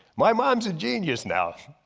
my mom's a genius now.